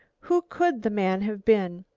who could the man have been?